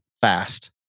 fast